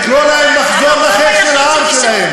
לקרוא להם לחזור לחיק העם שלהם,